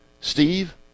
Steve